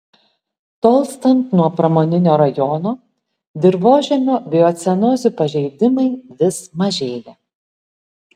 tolstant nuo pramoninio rajono dirvožemio biocenozių pažeidimai vis mažėja